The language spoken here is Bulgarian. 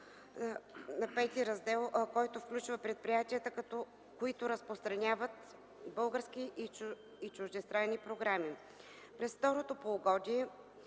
на V-ти раздел, който включва предприятията, които разпространяват български и чуждестранни програми. През второто полугодие